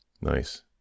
Nice